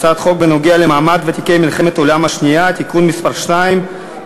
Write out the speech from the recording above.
הצעת חוק מעמד ותיקי מלחמת העולם השנייה (תיקון מס' 2),